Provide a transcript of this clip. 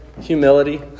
humility